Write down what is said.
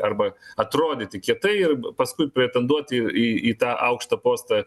arba atrodyti kietai ir paskui pretenduoti į į į tą aukštą postą